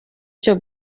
cyo